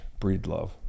breedlove